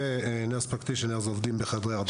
ו-Nurse Practitioners עובדים בחדרי הרדמה.